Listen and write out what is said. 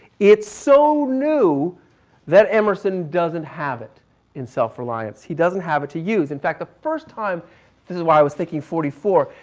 it is so new that emerson doesn't have it in self-reliance. he doesn't have it to use. in fact, the first time this is why i was thinking forty four.